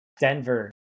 Denver